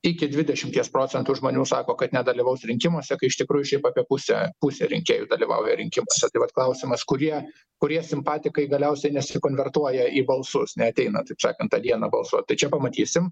iki dvidešimties procentų žmonių sako kad nedalyvaus rinkimuose kai iš tikrųjų šiaip apie pusę pusė rinkėjų dalyvauja rinkimuose tai vat klausimas kurie kurie simpatikai galiausiai nes konvertuoja į balsus neateina taip sakant tą dieną balsuot tai čia pamatysim